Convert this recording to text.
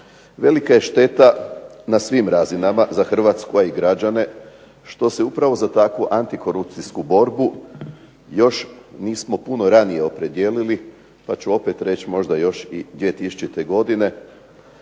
Velika je šteta na svim razinama za Hrvatsku a i građane što se upravo za takvu antikorupcijsku borbu još nismo puno ranije opredijelili, pa ću opet reći možda još i 2003. godine.